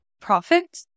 profit